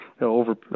over